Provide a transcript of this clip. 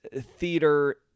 theater